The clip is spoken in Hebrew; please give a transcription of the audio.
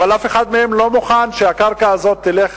אבל אף אחד מהם לא מוכן שהקרקע הזאת תלך